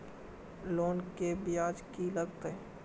Loan के ब्याज की लागते?